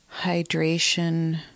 hydration